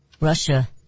Russia